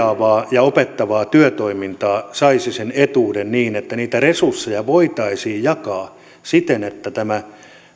ja opettavaa työtoimintaa saisi sen etuuden niin että resursseja voitaisiin jakaa siten että tämä